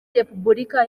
repubulika